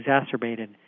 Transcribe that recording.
exacerbated